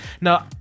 now